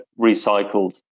recycled